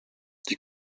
die